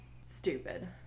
stupid